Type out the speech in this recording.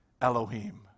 Elohim